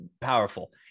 powerful